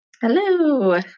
Hello